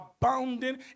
abounding